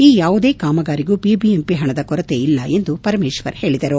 ಈ ಯಾವುದೇ ಕಾಮಗಾರಿಗೂ ಬಿಬಿಎಂಪಿ ಹಣದ ಕೊರತೆ ಇಲ್ಲ ಎಂದು ಪರಮೇಶ್ವರ್ ಹೇಳಿದರು